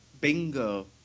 Bingo